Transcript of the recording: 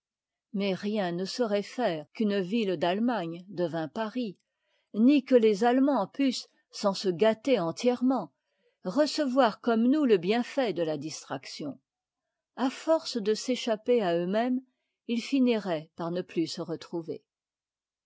mais rien ne saurait faire qu'une ville d'allemagne devînt paris ni que les allemânds pussent sans se gâter entièrement recevoir comme nous te bienfait de la distraction a force de s'échapper à euxmêmes ils uniraient par ne plus se retrouver